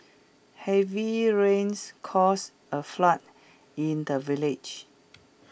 heavy rains caused A flood in the village